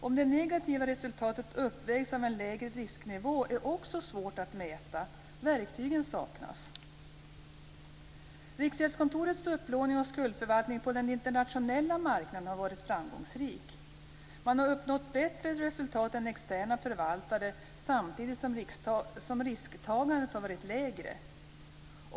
Om det negativa resultatet uppvägs av en lägre risknivå är också svårt att mäta. Det saknas verktyg. Riksgäldskontorets upplåning och skuldförvaltning på den internationella marknaden har varit framgångsrik. Man har uppnått bättre resultat än externa förvaltare, samtidigt som risktagandet har varit lägre.